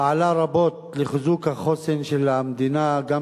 פעלה רבות לחיזוק החוסן של המדינה גם